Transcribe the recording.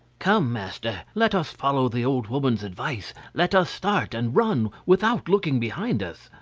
come, master, let us follow the old woman's advice let us start, and run without looking behind us.